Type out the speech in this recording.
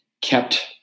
kept